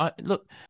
Look